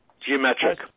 Geometric